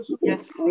Yes